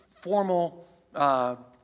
formal